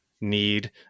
need